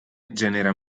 genera